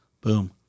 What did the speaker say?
Boom